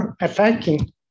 attacking